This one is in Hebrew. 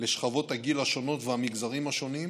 לשכבות הגיל השונות והמגזרים השונים,